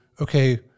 okay